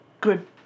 good